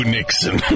Nixon